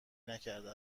نکرده